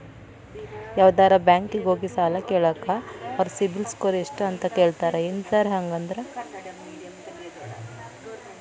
ಯಾವದರಾ ಬ್ಯಾಂಕಿಗೆ ಹೋಗ್ಲಿ ಸಾಲ ಕೇಳಾಕ ಅವ್ರ್ ಸಿಬಿಲ್ ಸ್ಕೋರ್ ಎಷ್ಟ ಅಂತಾ ಕೇಳ್ತಾರ ಏನ್ ಸಾರ್ ಹಂಗಂದ್ರ?